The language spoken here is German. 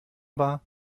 war